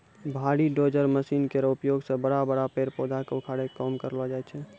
भारी dozer machine केरो उपयोग सें बड़ा बड़ा पेड़ पौधा क उखाड़े के काम करलो जाय छै